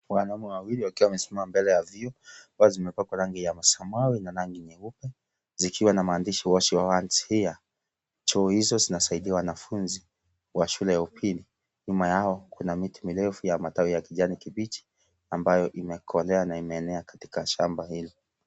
Wanaume wawili wakiwa wamesimama mbele ya vyoo ambazo zimepakwa rangi ya masamau na rangi nyeupe, zikiwa na maandishi " wash your hands here ". Choo hizo zinasaidia wanafunzi wa shule ya upili. Nyuma yao kuna miti mirefu ya matawi ya kijani kibichi ambayo imekolea na imeenea katika shamba hili.